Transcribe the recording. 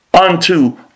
unto